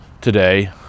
today